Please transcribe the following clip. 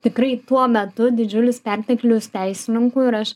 tikrai tuo metu didžiulis perteklius teisininkų ir aš